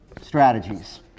strategies